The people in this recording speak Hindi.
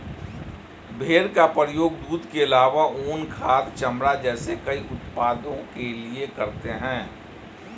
भेड़ का प्रयोग दूध के आलावा ऊन, खाद, चमड़ा जैसे कई उत्पादों के लिए करते है